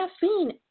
Caffeine